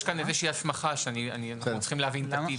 יש כאן איזו שהיא הסמכה שאנחנו צריכים להבין את הטיב שלה.